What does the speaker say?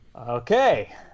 okay